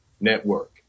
Network